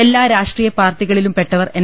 എല്ലാ രാഷ്ട്രീയപാർട്ടികളിലുംപെട്ടവർ എൻ